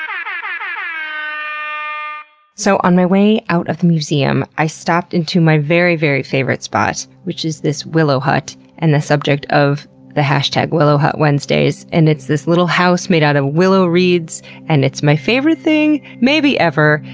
so, on my way out of the museum, i stopped into my very, very favorite spot. which is this willow hut and the subject of the hashtag willowhutwednesdays. and it's this little house made out of willow reeds and it's my favorite thing, maybe, ever.